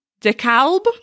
DeKalb